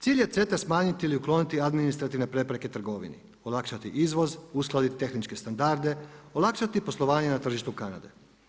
Cilj je CETA-e smanjiti ili ukloniti administrativne prepreke trgovini, olakšati izvoz, uskladi tehničke standarde, olakšati poslovanje na tržištu Kanade.